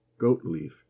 goat-leaf